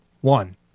one